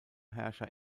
herrscher